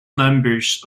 numbers